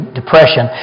depression